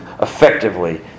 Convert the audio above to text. effectively